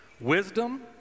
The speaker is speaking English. Wisdom